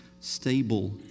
stable